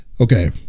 Okay